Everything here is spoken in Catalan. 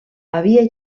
havia